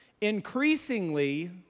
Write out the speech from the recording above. Increasingly